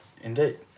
Indeed